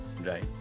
Right